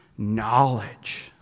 Knowledge